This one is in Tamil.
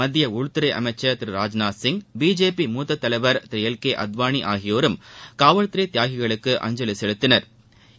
மத்திய உள்துறை அமைச்சள் திரு ராஜ்நாத் சிங் பிஜேபி மூத்த தலைவர் திரு எல் கே அத்வாளி ஆகியோரும் காவல்துறை தியாகிகளுக்கு அஞ்சலி செலுத்தினா்